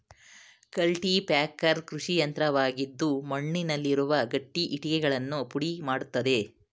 cultipacker ಕೃಷಿಯಂತ್ರವಾಗಿದ್ದು ಮಣ್ಣುನಲ್ಲಿರುವ ಗಟ್ಟಿ ಇಂಟೆಗಳನ್ನು ಪುಡಿ ಮಾಡತ್ತದೆ